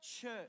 church